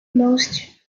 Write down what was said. most